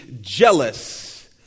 jealous